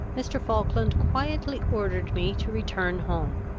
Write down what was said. mr. falkland quietly ordered me to return home,